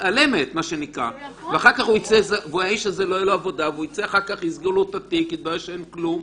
לאיש הזה לא תהיה עבודה ואחר כך יסגרו לו את התיק ויתברר שאין כלום.